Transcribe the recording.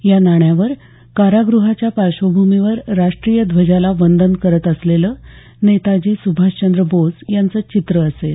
या नाण्यावर कारागृहाच्या पार्श्वभूमीवर राष्ट्रीय ध्वजाला वंदन करत असलेलं नेताजी स्भाषचंद्र बोस यांचं चित्र असेल